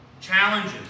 Challenges